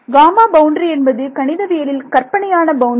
gamma boundary என்பது கணிதவியலில் கற்பனையான பவுண்டரி